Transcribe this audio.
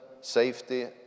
safety